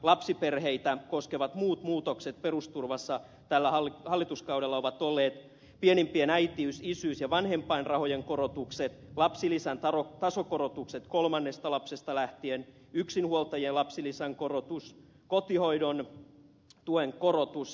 lapsiperheitä koskevat muut muutokset perusturvassa tällä hallituskaudella ovat olleet pienimpien äitiys isyys ja vanhempainrahojen korotukset lapsilisän tasokorotukset kolmannesta lapsesta lähtien yksinhuoltajalapsilisän korotus kotihoidon tuen korotus